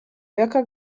jaka